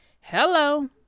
hello